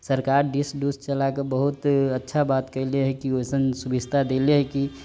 सरकार डिस डूस चला कऽ बहुत अच्छा बात कयले हइ कि वैसन सुभिस्ता देले हइ कि